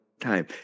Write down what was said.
time